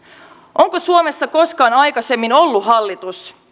onko suomessa koskaan aikaisemmin ollut hallitusta